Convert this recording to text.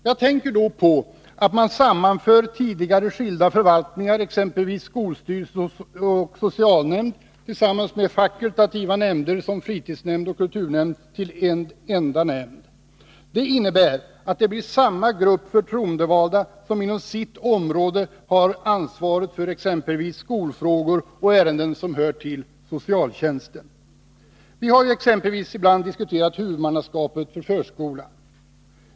Jag tänker då på att man sammanför tidigare skilda förvaltningar, exempelvis skolstyrelse, socialnämnd och fakultativa nämnder som fritidsnämnd och kulturnämnd, till en enda nämnd. Detta innebär att det blir samma grupp förtroendevalda som inom sitt område har ansvaret för exempelvis skolfrågor och ärenden som hör till socialtjänsten. Vi har ibland diskuterat huvudmannaskapet för förskolan.